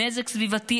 נזק סביבתי.